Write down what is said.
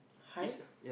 hi